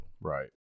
Right